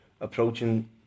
approaching